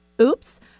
oops